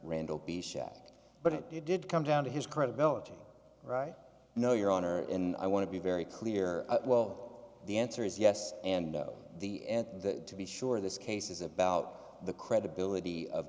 randall b shack but it did come down to his credibility right no your honor and i want to be very clear well the answer is yes and the and the be sure this case is about the credibility of